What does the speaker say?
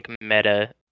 meta